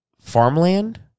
farmland